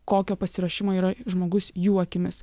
kokio pasiruošimo yra žmogus jų akimis